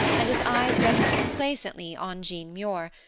and his eyes rested complacently on jean muir,